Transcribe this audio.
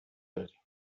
داریم